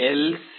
lcd